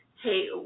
hey